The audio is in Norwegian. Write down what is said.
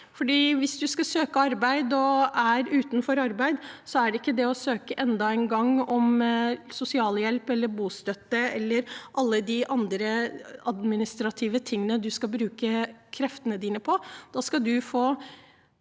Hvis man skal søke arbeid og er utenfor arbeid, er det ikke det å enda en gang søke om sosialhjelp, bostøtte eller alle de andre administrative tingene man skal bruke kreftene sine på.